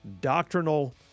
doctrinal